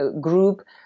group